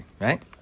right